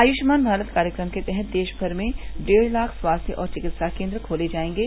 आयुष्मान भारत कार्यक्रम के तहत देश भर में डेढ लाख स्वास्थ और चिकित्सा केन्द्र खोले जाएंगे